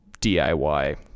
DIY